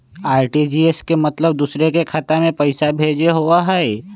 RTGS के मतलब दूसरे के खाता में पईसा भेजे होअ हई?